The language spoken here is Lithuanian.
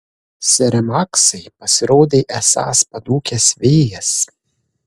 sere maksai pasirodei esąs padūkęs vėjas